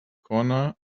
corner